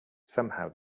somehow